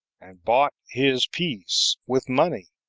and bought his peace with money,